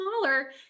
smaller